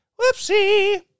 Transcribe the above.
Whoopsie